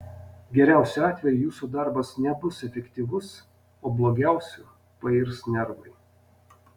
geriausiu atveju jūsų darbas nebus efektyvus o blogiausiu pairs nervai